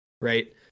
right